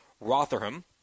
Rotherham